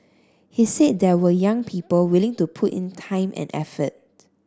he said there were young people willing to put in time and effort